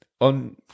on